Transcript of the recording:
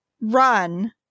run